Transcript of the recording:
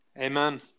amen